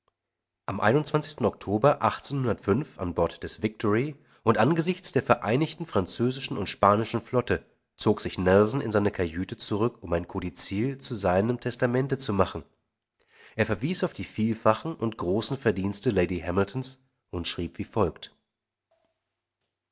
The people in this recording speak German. am oktober an bord des victory und angesichts der vereinigten französischen und spanischen flotte zog sich nelson in seine kajüte zurück um ein kodizill zu seinem testamente zu machen er verwies auf die vielfachen und großen verdienste lady hamiltons und schrieb wie folgt